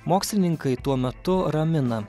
mokslininkai tuo metu ramina